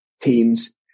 teams